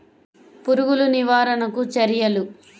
పురుగులు నివారణకు చర్యలు?